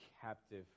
captive